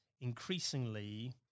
increasingly